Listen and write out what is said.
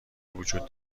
وجود